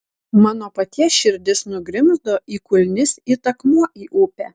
mano paties širdis nugrimzdo į kulnis it akmuo į upę